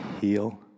heal